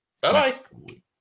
Bye-bye